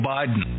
Biden